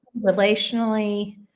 relationally